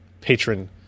patron